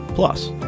Plus